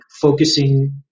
focusing